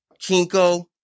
Kinko